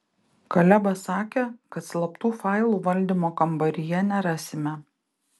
kalebas sakė kad slaptų failų valdymo kambaryje nerasime